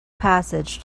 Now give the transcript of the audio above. passage